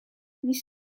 nic